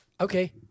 Okay